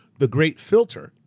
the great filter,